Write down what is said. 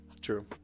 True